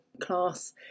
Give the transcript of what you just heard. class